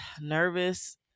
nervous